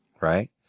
Right